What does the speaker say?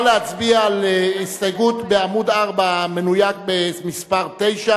להצביע אלקטרונית, מי בעד ומי נגד ההסתייגות?